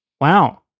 Wow